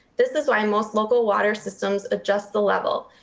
this is why most local water systems adjust the level.